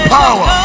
power